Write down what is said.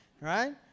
right